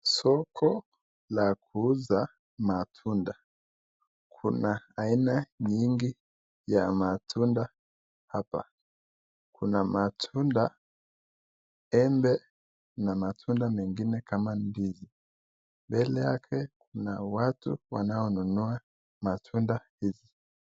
Soko la kuuza matunda, kuna aina nyingi ya matunda hapa. Kuna matunda embe na matunda mengine kama ndizi, mbele yake kuna watu wanao nunua matunda hizi.